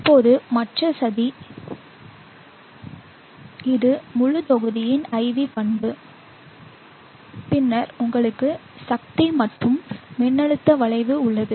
இப்போது மற்ற சதி இது முழு தொகுதியின் IV பண்பு பின்னர் உங்களுக்கு சக்தி மற்றும் மின்னழுத்த வளைவு உள்ளது